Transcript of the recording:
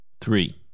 Three